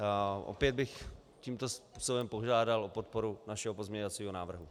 A opět bych tímto způsobem požádal o podporu našeho pozměňovacího návrhu.